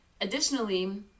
additionally